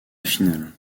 finale